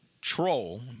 troll